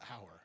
hour